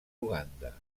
uganda